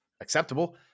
acceptable